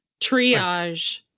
triage